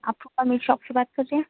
آپ meat shop سے بات کر رہے ہیں